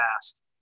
fast